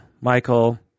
Michael